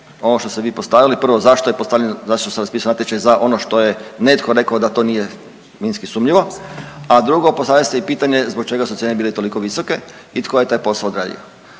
ono što ste vi postavili prvo zašto je postavljen, zašto se raspisao natječaj za ono što je netko rekao da to nije minski sumnjivo, a drugo postavlja se i pitanje zbog čega su cijene bile toliko visoke i tko je taj posao odradio.